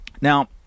Now